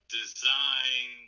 design